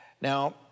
Now